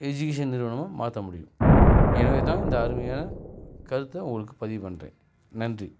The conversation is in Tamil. எஜிகேஷன் நிறுவனமாக மாற்ற முடியும் எனவே தான் இந்த அருமையான கருத்த உங்களுக்கு பதிவு பண்ணுறேன் நன்றி